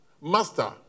Master